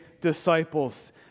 disciples